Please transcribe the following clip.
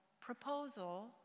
proposal